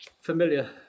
familiar